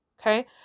Okay